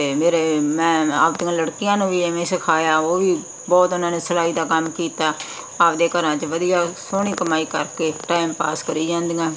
ਅਤੇ ਮੇਰੇ ਮੈਂ ਆਪਦੀਆਂ ਲੜਕੀਆਂ ਨੂੰ ਵੀ ਇਵੇਂ ਸਿਖਾਇਆ ਉਹ ਵੀ ਬਹੁਤ ਉਹਨਾਂ ਨੇ ਸਿਲਾਈ ਦਾ ਕੰਮ ਕੀਤਾ ਆਪਦੇ ਘਰਾਂ 'ਚ ਵਧੀਆ ਸੋਹਣੀ ਕਮਾਈ ਕਰਕੇ ਟਾਈਮ ਪਾਸ ਕਰੀ ਜਾਂਦੀਆਂ